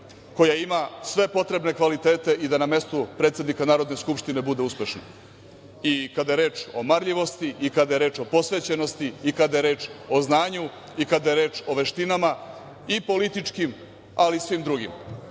koja ima sve potrebne kvalitete i da na mestu predsednika Narodne skupštine bude uspešno. I kada je reč o marljivosti, i kada je reč o posvećenosti i kada je reč o znanju i kada je reč o veštinama i političkim ali i svim drugim.I